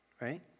right